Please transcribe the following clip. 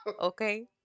Okay